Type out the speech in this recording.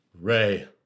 Ray